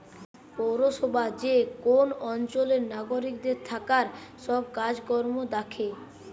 পৌরসভা যে কোন অঞ্চলের নাগরিকদের থাকার সব কাজ কর্ম দ্যাখে